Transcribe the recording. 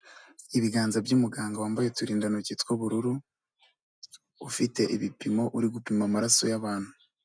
Ibiganza by'umuganga wambaye uturindantoki tw'ubururu. Ufite ibipimo uri gupima amaraso y'abantu.